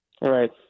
Right